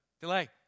Delay